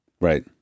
Right